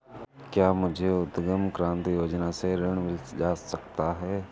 क्या मुझे उद्यम क्रांति योजना से ऋण मिल सकता है?